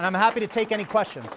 and i'm happy to take any questions